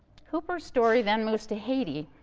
hooper's story then moves to haiti.